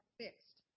fixed